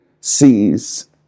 sees